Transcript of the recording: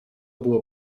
było